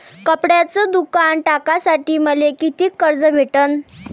कपड्याचं दुकान टाकासाठी मले कितीक कर्ज भेटन?